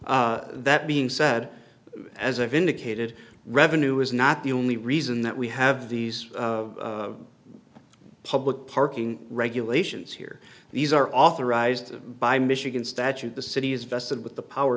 and that being said as a vindicated revenue is not the only reason that we have these public parking regulations here these are authorized by michigan statute the city is vested with the power